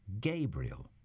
Gabriel